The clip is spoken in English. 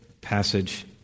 passage